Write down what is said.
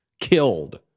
killed